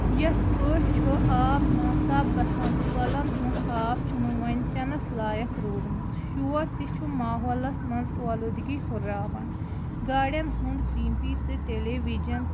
یِتھ پٲٹھۍ چھُ آب ناصاف گژھان تہٕ کۄلَن ہُنٛد آب چھُنہٕ وۄنۍ چٮ۪نَس لایق روٗدمُت شور تہِ چھُ ماحولَس منٛز اولوٗدگی ہُرراوَن گاڑٮ۪ن ہُنٛد پی پی تہٕ ٹیلی ویجن